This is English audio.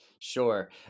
Sure